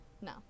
No